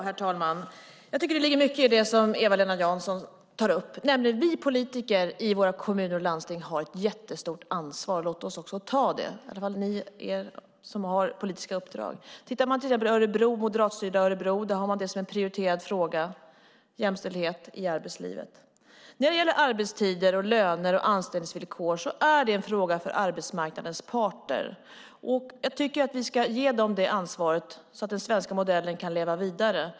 Herr talman! Jag tycker att det ligger mycket i det som Eva-Lena Jansson tar upp: Vi politiker i våra kommuner och landsting har ett jättestort ansvar. Låt oss också ta det! Det gäller alla er som har politiska uppdrag. Man kan till exempel titta på moderatstyrda Örebro. Där har man jämställdhet i arbetslivet som en prioriterad fråga. Arbetstider, löner och arbetsvillkor är en fråga för arbetsmarknadens parter. Jag tycker att vi ska ge dem det ansvaret, så att den svenska modellen kan leva vidare.